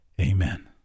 Amen